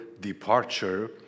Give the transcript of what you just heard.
departure